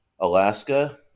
Alaska